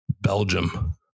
Belgium